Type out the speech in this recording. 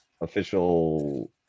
official